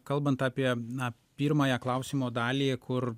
kalbant apie na pirmąją klausimo dalį kur